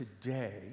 today